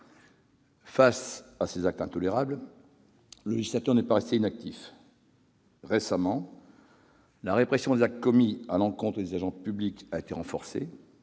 Face à ces actes intolérables, le législateur n'est pas resté inactif. Récemment, la répression des actes commis à l'encontre des agents publics a été renforcée.